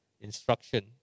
instruction